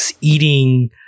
eating